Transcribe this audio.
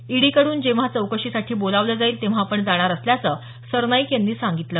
ईडीकडून जेव्हा चौकशीसाठी बोलावलं जाईल तेव्हा आपण जाणार असल्याचं सरनाईक यांनी सांगितलं